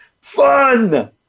FUN